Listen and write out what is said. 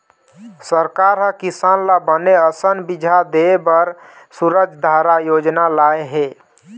सरकार ह किसान ल बने असन बिजहा देय बर सूरजधारा योजना लाय हे